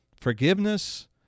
Forgiveness